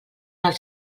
del